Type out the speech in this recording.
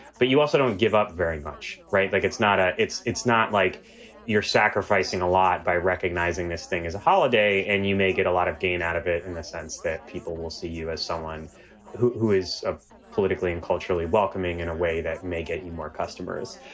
but you also don't give up very much. right. like, it's not a it's it's not like you're sacrificing a lot by recognizing this thing as a holiday. and you may get a lot of gain out of it in the sense that people will see you as someone who who is a politically and culturally welcoming in a way that may get you more customers.